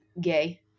gay